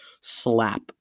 Slap